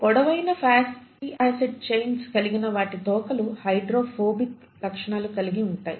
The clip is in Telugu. పొడవైన ఫాటీ ఆసిడ్ చైన్స్ కలిగిన వాటి తోకలు హైడ్రోఫోబిక్ లక్షణం కలిగి ఉంటాయి